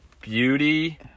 beauty